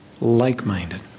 like-minded